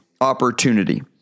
opportunity